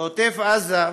בעוטף-עזה,